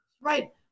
right